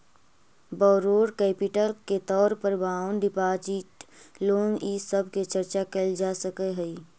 borrowed capital के तौर पर बॉन्ड डिपाजिट लोन इ सब के चर्चा कैल जा सकऽ हई